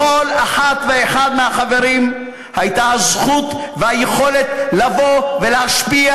לכל אחת ואחד מהחברים היו הזכות והיכולת לבוא ולהשפיע